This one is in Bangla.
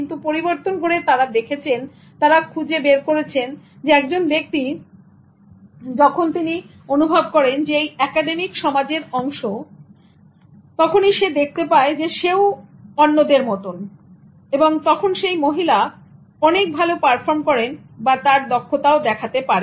এগুলোর পরিবর্তন করা সম্ভব যখন তারা দেখেছেন যে একজন ব্যক্তি যখন অনুভব করেন যে সে এই একাডেমিক সমাজের অংশ সে দেখতে পায় সেও অন্যদের মততখন সে বা সেই মহিলাও অনেক ভালো পারফর্ম করেন বা তার দক্ষতা দেখান